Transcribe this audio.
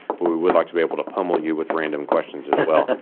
but we would like to be able to pummel you with random questions as well,